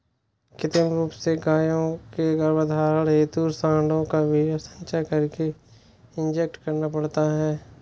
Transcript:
कृत्रिम रूप से गायों के गर्भधारण हेतु साँडों का वीर्य संचय करके इंजेक्ट करना पड़ता है